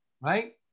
right